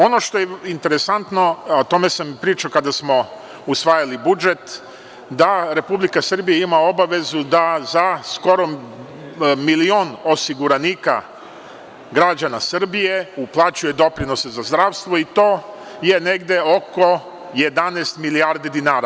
Ono što je interesantno, evo o tome sam pričao kada smo usvajali budžet da Republika Srbija ima obavezu da za skoro miliona osiguranika, građana Srbije uplaćuje doprinose za zdravstvo i to je negde oko 11 milijardi dinara.